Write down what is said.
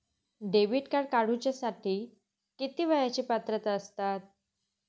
Debit card काढूसाठी किती वयाची पात्रता असतात?